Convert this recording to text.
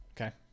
Okay